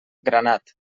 granat